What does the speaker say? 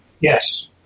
Yes